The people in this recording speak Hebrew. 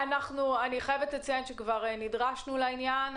אני חייבת לציין שכבר נדרשנו לעניין.